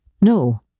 no